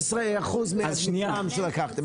16 אחוז מהמדגם שלקחתם.